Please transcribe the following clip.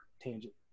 tangent